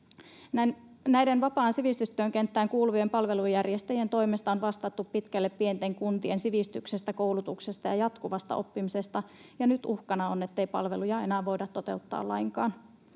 Näiden vapaan sivistystyön kenttään kuuluvien palvelujärjestäjien toimesta on vastattu pitkälle pienten kuntien sivistyksestä, koulutuksesta ja jatkuvasta oppimisesta, ja nyt uhkana on, ettei palveluja enää voida toteuttaa lainkaan.